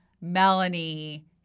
Melanie